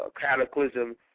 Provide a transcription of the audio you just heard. cataclysm